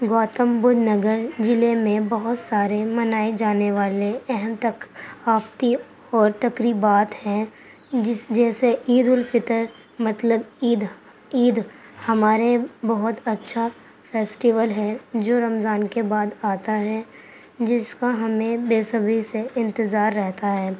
گوتم بدھ نگر ضلعے میں بہت سارے منائے جانے والے اہم تک آفتی اور تقریبات ہیں جس جیسے عید الفطر مطلب عید عید ہمارے بہت اچھا فیسٹیول ہے جو رمضان کے بعد آتا ہے جس کا ہمیں بےصبری سے انتظار رہتا ہے